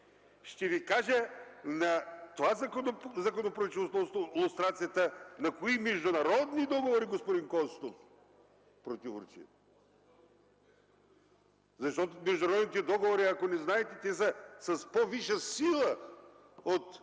ще ви кажа това законопроектче относно лустрацията на кои международни договори, господин Костов, противоречи! Защото международните договори, ако не знаете, са с по-висша сила от